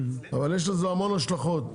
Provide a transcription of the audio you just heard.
אבל יש לזה המון השלכות.